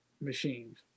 machines